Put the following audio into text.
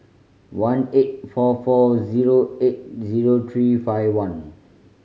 one eight four four zero eight zero three five one